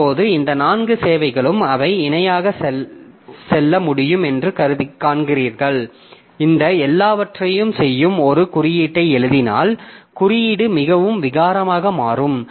இப்போது இந்த 4 சேவைகளும் அவை இணையாக செல்ல முடியும் என்று காண்கிறீர்கள் இந்த எல்லாவற்றையும் செய்யும் ஒரு குறியீட்டை எழுதினால் குறியீடு மிகவும் விகாரமாக மாறும்